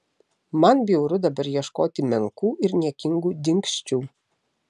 man bjauru dabar ieškoti menkų ir niekingų dingsčių